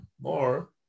more